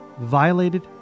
violated